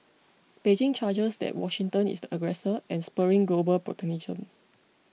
Beijing charges that Washington is the aggressor and spurring global protectionism